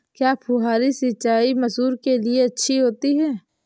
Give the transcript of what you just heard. क्या फुहारी सिंचाई मसूर के लिए अच्छी होती है?